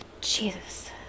Jesus